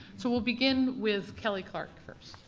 so we'll begin with kelly clark first.